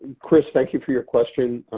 chris, thank you for your question.